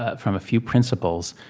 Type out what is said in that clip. ah from a few principles,